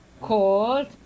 called